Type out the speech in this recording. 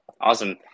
Awesome